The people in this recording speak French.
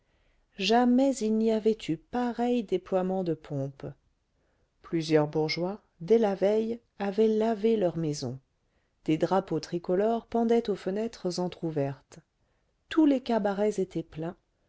jamais il n'y avait eu pareil déploiement de pompe plusieurs bourgeois dès la veille avaient lavé leurs maisons des drapeaux tricolores pendaient aux fenêtres entrouvertes tous les cabarets étaient pleins